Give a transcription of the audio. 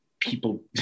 People